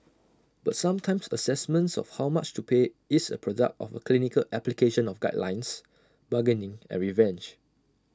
but sometimes assessments of how much to pay is A product of A clinical application of guidelines bargaining and revenge